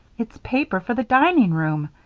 it's paper for the dining-room,